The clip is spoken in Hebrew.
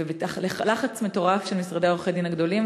ולחץ מטורף של משרדי עורכי-הדין הגדולים